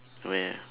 where